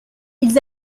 ils